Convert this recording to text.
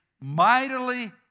mightily